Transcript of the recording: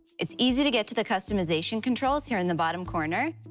it's easy to get to the customization controls here in the bottom corner.